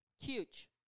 Huge